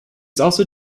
also